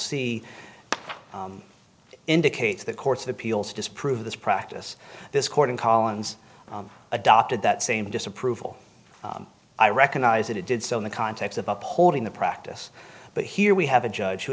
see indicates that courts of appeals disapprove of this practice this court in collins adopted that same disapproval i recognize that it did so in the context of upholding the practice but here we have a judge who